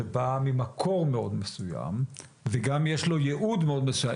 שבא ממקור מאוד מסוים וגם יש לו יעוד מאוד מסוים.